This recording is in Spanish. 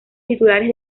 titulares